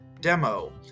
DEMO